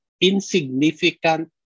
insignificant